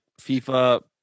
FIFA